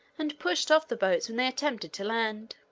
and pushed off the boats when they attempted to land.